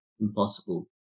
impossible